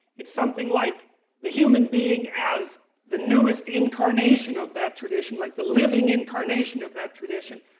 it's something like the human being as the newest incarnation of that tradition. like the living incarnation of that tradition.